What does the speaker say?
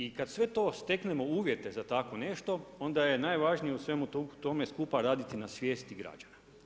I kad sve to steknemo uvjete za tako nešto, onda je najvažnije u svemu tome skupa raditi na svijesti građana.